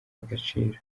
agaciro